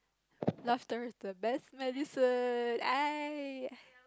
laughter is the best medicine